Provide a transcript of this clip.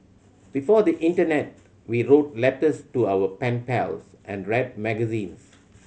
before the Internet we wrote letters to our pen pals and read magazines